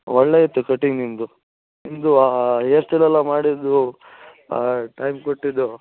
ಒಳ್ಳೆಯ ಇತ್ತು ಕಟಿಂಗ್ ನಿಮ್ಮದು ನಿಮ್ದು ಆ ಹೇರ್ ಸ್ಟೈಲೆಲ್ಲ ಮಾಡಿದ್ದು ಟೈಮ್ ಕೊಟ್ಟಿದ್ದು